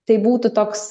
tai būtų toks